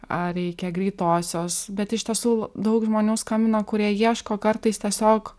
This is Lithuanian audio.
ar reikia greitosios bet iš tiesų daug žmonių skambina kurie ieško kartais tiesiog